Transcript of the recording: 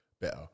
better